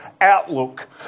outlook